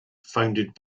founded